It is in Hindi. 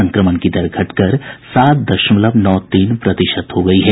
संक्रमण की दर घटकर सात दशमलव नौ तीन प्रतिशत हो गई है